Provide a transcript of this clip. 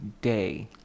day